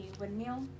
Windmill